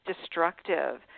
destructive